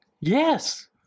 Yes